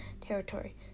territory